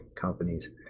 companies